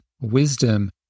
wisdom